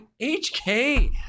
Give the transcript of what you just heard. HK